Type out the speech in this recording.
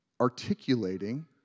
articulating